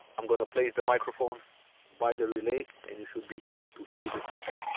am gonna place the microphone by the relay and u should be able to hear the click